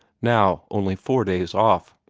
now only four days off.